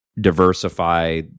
diversify